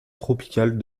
tropicales